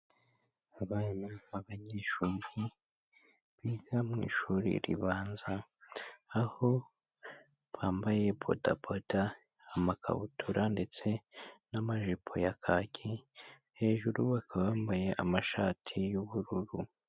Abana b'abanyeshuri biga mu ishuri ribanza, aho bambaye bodaboda, amakabutura ndetse n'amajipo ya kaki, hejuru bakaba bambaye amashati y'ubururu.